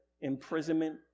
imprisonment